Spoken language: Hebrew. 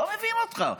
לא מבין אותך.